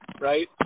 right